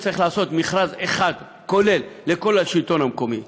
צריך לעשות מכרז אחד כולל לכל השלטון המקומי,